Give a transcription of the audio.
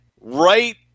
Right